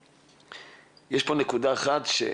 מידע.